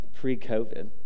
pre-COVID